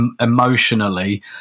emotionally